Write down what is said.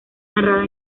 narrada